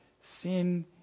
sin